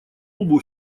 лбу